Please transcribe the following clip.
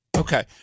Okay